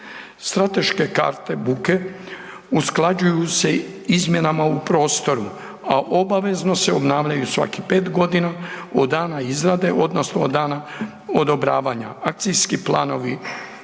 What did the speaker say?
Strateške karte buke usklađuju se izmjenama u prostoru, a obavezno se obnavljaju svakih pet godina od dana izrade odnosno od dana odobravanja. Akcijski planovi